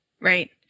Right